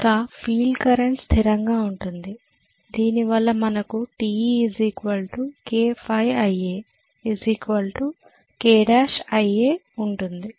ఇంకా field current స్థిరంగా ఉంటుంది దీనివల్ల మనకు Te kφIa kl Ia ఉంటుంది